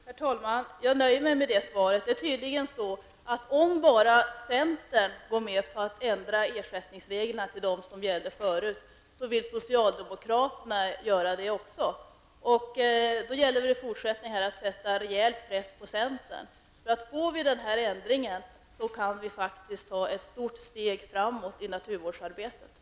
Herr talman! Jag nöjer mig med det svaret. Det är tydligen så att om bara centern går med på att ändra ersättningsreglerna så att de tidigare reglerna åter blir gällande, vill socialdemokraterna också göra det. Det gäller att i fortsättningen sätta rejäl press på centern. Om vi får denna ändring, kan vi faktiskt ta ett stort steg framåt i naturvårdsarbetet.